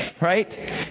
right